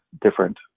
different